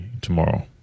tomorrow